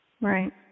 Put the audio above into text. Right